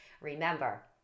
Remember